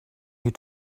you